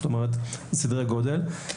זאת אומרת, סדרי גודל.